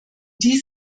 dies